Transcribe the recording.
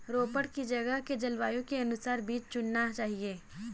रोपड़ की जगह के जलवायु के अनुसार बीज चुनना चाहिए